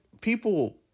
people